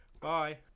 bye